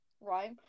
right